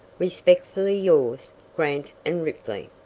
respectfully yours, grant and ripley.